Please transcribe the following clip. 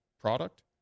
product